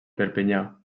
perpinyà